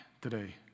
today